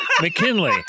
McKinley